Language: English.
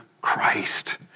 Christ